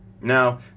Now